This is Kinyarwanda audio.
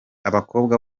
abakobwa